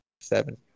seven